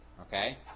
Okay